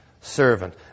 servant